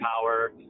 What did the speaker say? power